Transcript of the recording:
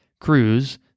cruise